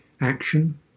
action